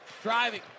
Driving